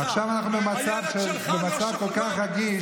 עכשיו אנחנו במצב כל כך רגיש,